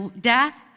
death